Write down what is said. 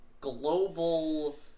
global